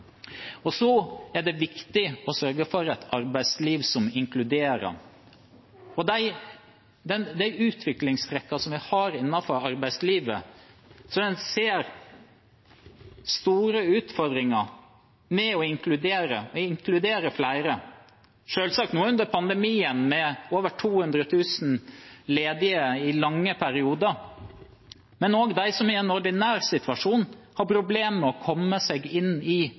er viktig å sørge for et arbeidsliv som inkluderer. Når det gjelder de utviklingstrekkene vi har innenfor arbeidslivet, ser en store utfordringer med å inkludere flere, selvsagt nå under pandemien med over 200 000 ledige i lange perioder, men også dem som i en ordinær situasjon har problemer med å komme seg inn i